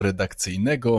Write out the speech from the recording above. redakcyjnego